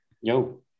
Yo